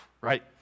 right